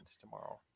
tomorrow